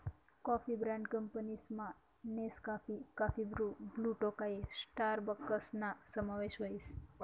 coffee brand कंपनीसमा Nescafe, coffee Bru, Blue Tokai स्टारबक्सना समावेश व्हस